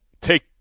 take